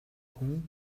хүн